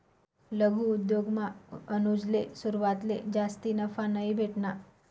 लघु उद्योगमा अनुजले सुरवातले जास्ती नफा नयी भेटना